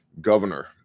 governor